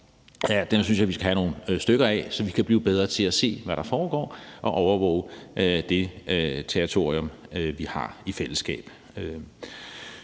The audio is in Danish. Dem synes jeg at vi skal have nogle stykker af, så vi kan blive bedre til at se, hvad der foregår, og overvåge det territorium, vi har i fællesskab.